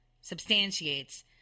substantiates